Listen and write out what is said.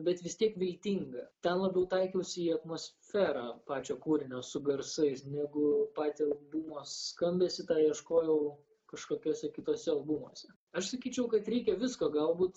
bet vis tiek viltinga ten labiau taikiausi į atmosferą pačio kūrinio su garsais negu patį albumo skambesį ieškojau kažkokiose kituose albumuose aš sakyčiau kad reikia visko galbūt